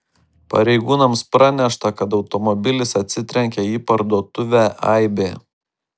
pareigūnams pranešta kad automobilis atsitrenkė į parduotuvę aibė